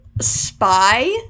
spy